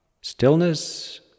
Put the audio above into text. stillness